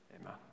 Amen